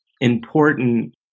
important